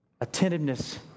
Attentiveness